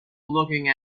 looking